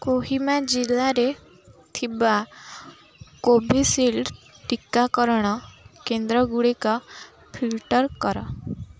କୋହିମା ଜିଲ୍ଲାରେ ଥିବା କୋଭିଶିଲ୍ଡ଼ ଟିକାକରଣ କେନ୍ଦ୍ରଗୁଡ଼ିକ ଫିଲ୍ଟର୍ କର